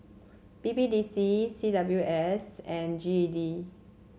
B B D C C W S and G E D